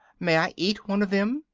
may i eat one of them?